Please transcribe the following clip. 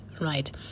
right